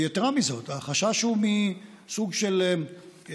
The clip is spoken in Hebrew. יתרה מזו, החשש הוא מסוג של השתכללות